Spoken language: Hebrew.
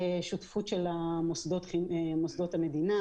שותפות של מוסדות המדינה,